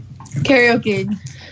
Karaoke